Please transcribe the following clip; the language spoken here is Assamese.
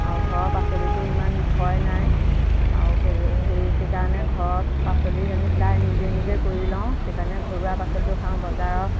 আৰু ঘৰৰ পাচলিটো ইমান ভয় নাই আৰু সেই সেইকাৰণে ঘৰত পাচলি আমি প্ৰায় নিজে নিজেই কৰি লওঁ সেইকাৰণে ঘৰুৱা পাচলিটো খাওঁ বজাৰৰ